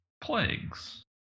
plagues